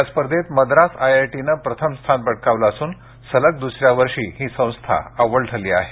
या स्पर्धेत मद्रास आयआयटीनं प्रथम स्थान पटकावलं असून सलग दुसऱ्या वर्षी ही संस्था अव्वल ठरली आहे